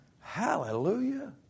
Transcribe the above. Hallelujah